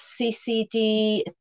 CCD